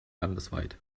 landesweit